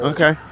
Okay